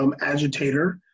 agitator